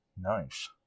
Nice